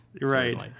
Right